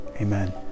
Amen